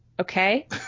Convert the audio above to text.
Okay